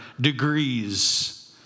degrees